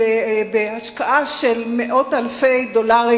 בהשקעה של מאות אלפי דולרים,